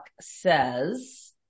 says